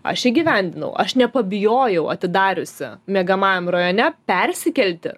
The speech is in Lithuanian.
aš įgyvendinau aš nepabijojau atidariusi miegamajam rajone persikelti